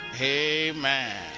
Amen